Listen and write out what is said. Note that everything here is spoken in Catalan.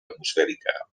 atmosfèrica